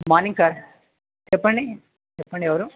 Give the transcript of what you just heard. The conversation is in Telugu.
మార్నింగ్ సార్ చెప్పండి చెప్పండి ఎవరు